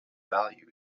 value